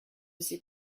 sais